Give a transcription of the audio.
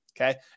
okay